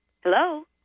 Hello